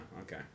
okay